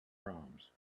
proms